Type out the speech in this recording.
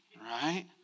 Right